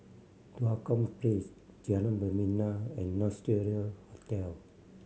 Tua Kong Place Jalan Membina and Nostalgia Hotel